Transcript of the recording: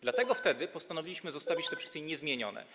Dlatego wtedy postanowiliśmy zostawić te przepisy niezmienione.